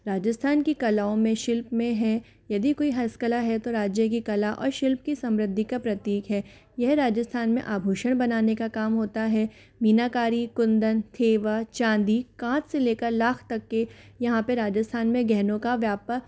राजस्थान की कलाओं में शिल्प में है यदि कोई हश्तकला है तो राज्य की कला और शिल्प की समृद्धि का प्रतीक है यह राजस्थान में आभूषण बनाने का काम होता है मीनाकारी कुंदन थेवा चाँदी काँच से लेकर लाख तक के यहाँ पे राजस्थान में गहनों का व्यापार